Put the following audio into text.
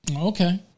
Okay